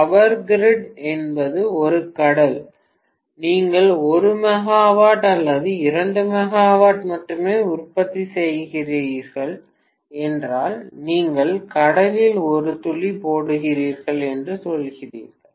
power grid என்பது ஒரு கடல் நீங்கள் 1 மெகாவாட் அல்லது 2 மெகாவாட் மட்டுமே உற்பத்தி செய்கிறீர்கள் என்றால் நீங்கள் கடலில் ஒரு துளி போடுகிறீர்கள் என்று சொல்கிறீர்கள்